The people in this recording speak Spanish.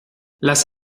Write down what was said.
las